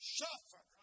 suffer